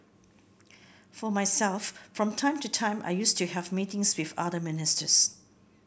for myself from time to time I used to have meetings with other ministers